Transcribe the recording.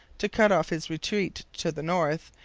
to cut off his retreat to the north,